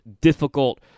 difficult